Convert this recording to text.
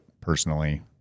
personally